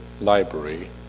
library